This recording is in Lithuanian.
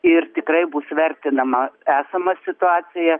ir tikrai bus vertinama esama situacija